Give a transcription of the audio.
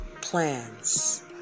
plans